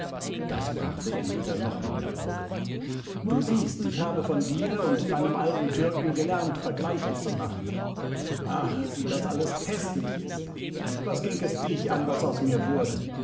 das brachte ellita noch mehr auf du siehst ich habe von dir und deinem alten türken gelernt vergleiche zu machen ach wie das alles häßlich ist was ging es dich an was aus mir wurde